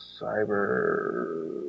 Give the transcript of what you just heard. Cyber